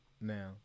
now